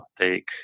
take